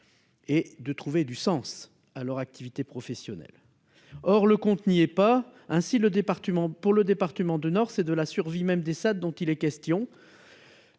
en trouvant du sens à leur activité professionnelle. Or le compte n'y est pas. Ainsi, dans le département du Nord, c'est de la survie même des Saad qu'il est question